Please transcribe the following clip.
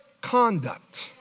conduct